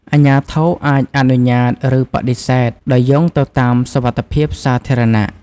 អាជ្ញាធរអាចអនុញ្ញាត ឬបដិសេធ ដោយយោងទៅតាមសុវត្ថិភាពសាធារណៈ។